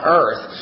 earth